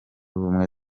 ubumwe